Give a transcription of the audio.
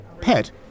Pet